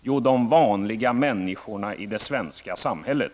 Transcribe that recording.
Jo, de vanliga människorna i det svenska samhället.